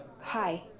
hi